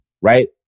right